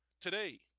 Today